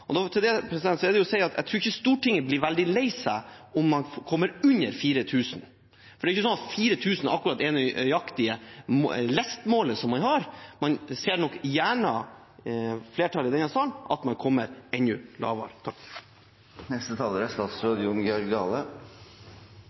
Til det er det å si at jeg tror ikke Stortinget blir veldig lei seg om man kommer under 4 000 dekar, for det er ikke sånn at 4 000 dekar er det nøyaktige lestmålet man har. Flertallet i denne salen ser nok gjerne at man kommer enda lavere. Heilt avslutningsvis er